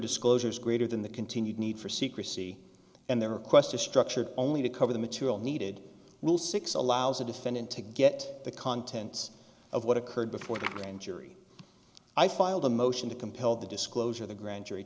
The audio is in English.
disclosure is greater than the continued need for secrecy and the request is structured only to cover the material needed rule six allows the defendant to get the contents of what occurred before the grand jury i filed a motion to compel the disclosure of the grand jury